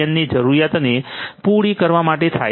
ની જરૂરિયાતોને પૂરી કરવા માટે થાય છે